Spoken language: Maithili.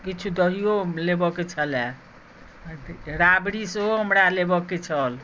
किछु दहिओ लेबय के छलए राबड़ी सेहो हमरा लेबय के छल